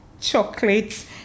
chocolate